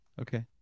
Okay